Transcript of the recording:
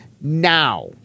now